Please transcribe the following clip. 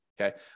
okay